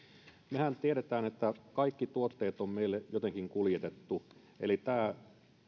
mehän tiedämme että kaikki tuotteet on meille jotenkin kuljetettu eli tämä